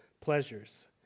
pleasures